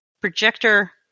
projector